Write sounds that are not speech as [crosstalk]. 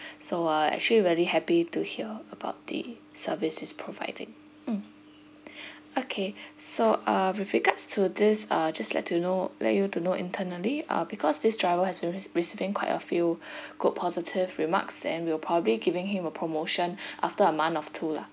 so uh actually really happy to hear about the service he is providing mm okay so uh with regards to this uh just let to know let you to know internally uh because this driver has been re~ receiving quite a few [breath] good positive remarks then we'll probably giving him a promotion after a month of two lah